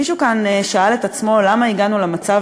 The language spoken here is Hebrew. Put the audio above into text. מישהו כאן שאל את עצמו למה הגענו למצב